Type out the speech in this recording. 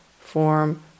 form